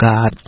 God